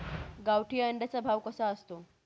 गावठी अंड्याचा भाव कसा असतो?